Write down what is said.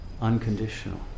unconditional